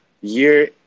year